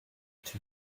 two